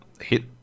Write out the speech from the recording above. hit